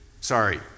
Sorry